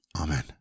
Amen